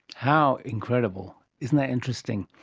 how incredible. isn't that interesting!